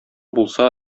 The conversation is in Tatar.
булса